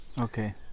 Okay